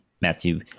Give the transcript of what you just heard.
Matthew